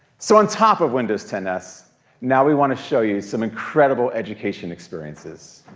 so, on top of windows ten s now we want to show you some incredible education experiences.